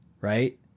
right